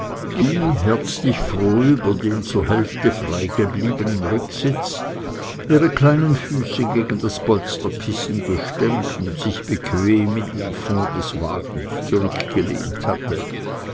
die herzlich froh über den zur hälfte freigebliebenen rücksitz ihre kleinen füße gegen das polsterkissen gestemmt und sich bequem in den fond des wagens zurückgelehnt hatte